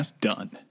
done